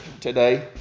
today